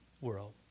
world